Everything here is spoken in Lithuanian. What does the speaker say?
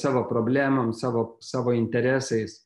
savo problemom savo savo interesais